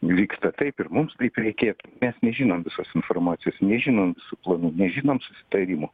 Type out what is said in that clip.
vyksta taip ir mums kaip reikėtų mes nežinom visos informacijos nežinau visų planų nežinom susitarimų